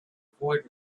avoid